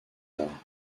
arts